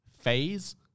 phase